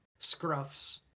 Scruffs